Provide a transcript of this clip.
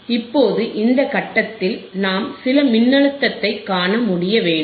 இப்போது இந்த கட்டத்தில் நாம் சில மின்னழுத்தத்தைக் காண முடிய வேண்டும்